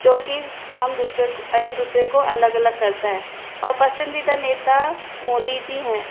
जो की हम दूसरे को एक दूसरे को अलग अलग करता है ओर पसंदीदा नेता मोदी जी हैं